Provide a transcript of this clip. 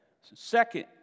Second